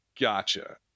Gotcha